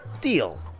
deal